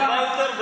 אתה תאכל אוכל כשר,